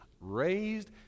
raised